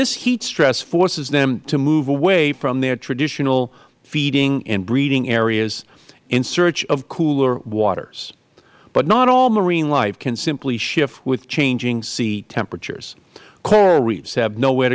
this heat stress forces them to move away from their traditional feeding and breeding areas in search of cooler waters but not all marine life can simply shift with changing sea temperatures coral reefs have nowhere